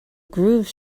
groove